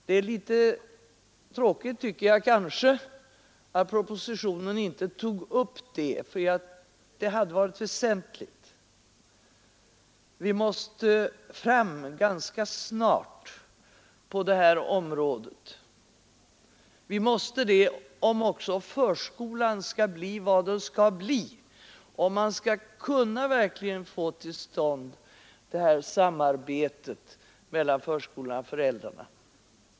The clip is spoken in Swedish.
Det är litet tråkigt att propositionen inte tog upp vårt förslag i den delen, för det hade varit väsentligt. Vi måste fram ganska snabbt på det här området om förskolan skall uppfylla sitt syfte och om man verkligen skall få till stånd det eftersträvade samarbetet mellan förskolan och föräldrarna.